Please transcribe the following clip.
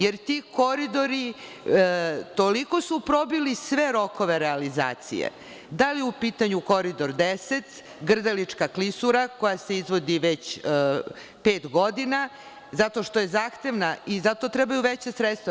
Jer, ti koridori, toliko su probili sve rokove realizacije, da li je u pitanju Koridor 10, Grdelička klisura, koja se izvodi već pet godina, zato što je zahtevna i zato trebaju veća sredstva.